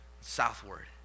southward